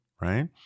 right